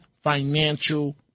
financial